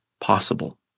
possible